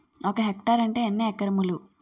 ఒక హెక్టార్ అంటే ఎన్ని ఏకరములు?